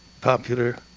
popular